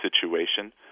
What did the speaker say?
situation